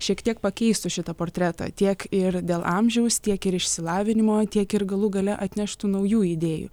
šiek tiek pakeistų šitą portretą tiek ir dėl amžiaus tiek ir išsilavinimo tiek ir galų gale atneštų naujų idėjų